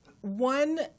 one